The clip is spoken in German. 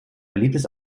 beliebtes